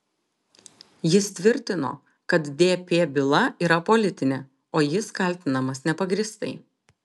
jis tvirtino kad dp byla yra politinė o jis kaltinamas nepagrįstai